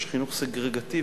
יש חינוך סגרגטיבי.